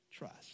trust